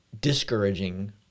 discouraging